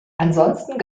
ansonsten